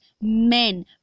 men